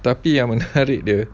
tapi yang menarik dia